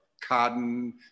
cotton